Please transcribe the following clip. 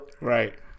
Right